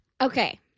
okay